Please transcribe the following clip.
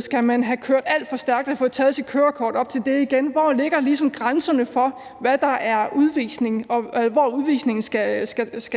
skal man have kørt alt for stærkt og få taget sit kørekort? Så spørgsmålet er, hvor grænserne ligger for, hvornår udvisningen skal